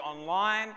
online